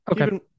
Okay